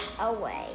away